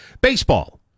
baseball